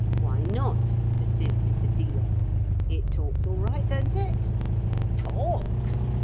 why not persisted the dealer it talks all right, don't it talks!